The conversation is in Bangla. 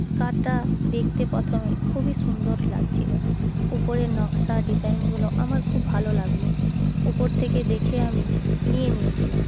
স্কার্টটা দেখতে প্রথমে খুবই সুন্দর লাগছিলো উপরে নকশা ডিজাইনগুলো আমার খুব ভালো লাগলো উপর থেকে দেখে আমি নিয়ে নিয়েছিলাম